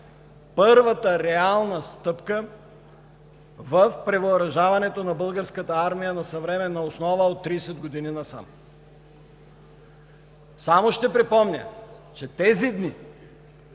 първата реална стъпка в превъоръжаването на Българската армия на съвременна основа от 30 години насам. Само ще припомня, че тези дни